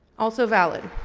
also, valid.